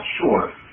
sure